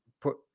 put